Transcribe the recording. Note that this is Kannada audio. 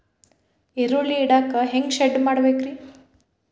ಈರುಳ್ಳಿ ಇಡಾಕ ಹ್ಯಾಂಗ ಶೆಡ್ ಮಾಡಬೇಕ್ರೇ?